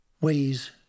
ways